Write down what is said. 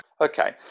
okay